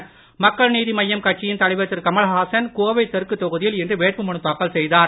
மக்கள் நீதி மய்யம் கட்சியின் தலைவர் திரு கமலஹாசன் கோவை தெற்கு தொகுதியில் இன்று வேட்புமனு தாக்கல் செய்தார்